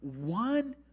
one